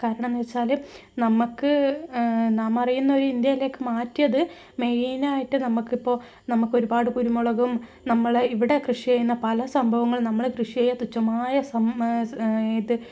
കാരണമെന്ന് വെച്ചാൽ നമുക്ക് നാമറിയുന്ന ഒരു ഇന്ത്യയിലേക്ക് മാറ്റിയത് മെയ്നായിട്ട് നമുക്കിപ്പോൾ നമുക്കൊരുപാട് കുരുമുളകും നമ്മൾ ഇവിടെ കൃഷി ചെയ്യുന്ന പല സംഭവങ്ങളും നമ്മൾ കൃഷി ചെയ്യുന്ന തുച്ഛമായ സം ഇത്